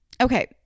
Okay